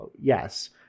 Yes